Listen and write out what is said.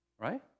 Right